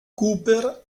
cooper